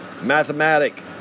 Mathematic